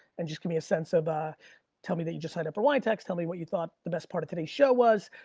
and just gimme a sense of ah tell me that you just signed up for wine text, tell me what you thought the best part of today's show was.